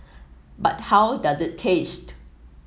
but how does it taste